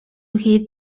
his